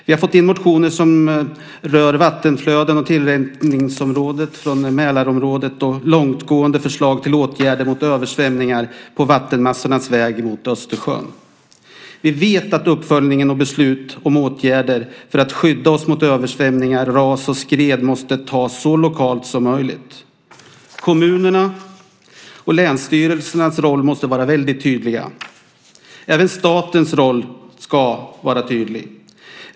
Vi har fått in motioner som rör vattenflöden och tillrinningsområdet i Mälarområdet med långtgående förslag till åtgärder mot översvämningar på vattenmassornas väg mot Östersjön. Vi vet att uppföljning och beslut om åtgärder för att skydda oss mot översvämningar, ras och skred måste tas så lokalt som möjligt. Kommunernas och länsstyrelsernas roller måste vara väldigt tydliga. Även statens roll ska vara tydlig.